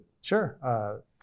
Sure